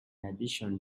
addition